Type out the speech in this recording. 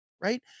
right